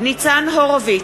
ניצן הורוביץ,